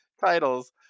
titles